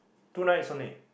two nights only